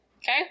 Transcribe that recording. Okay